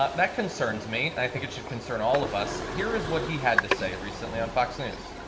ah that concerns me. i think it should concern all of us. here is what he had to say recently on fox news.